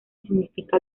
significa